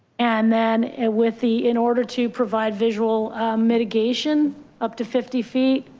and then with the in order to provide visual mitigation up to fifty feet.